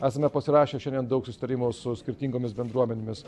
esame pasirašę šiandien daug susitarimų su skirtingomis bendruomenėmis